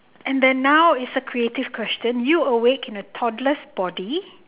and then now is a creative question you awake in a toddlers body